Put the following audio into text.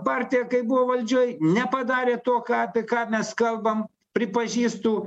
partija kai buvo valdžioj nepadarė to ką apie ką mes kalbam pripažįstu